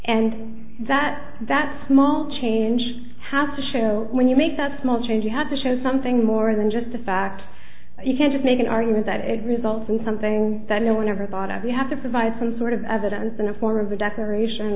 and that that small change has to show when you make that small change you have to show something more than just a fact you can just make an argument that it results in something that no one ever thought of we have to provide some sort of evidence in the form of a declaration